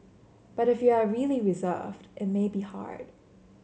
but if you are really reserved it may be hard